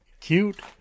cute